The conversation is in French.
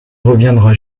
reviendra